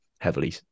heavily